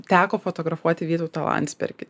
teko fotografuoti vytautą landsbergį